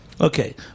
Okay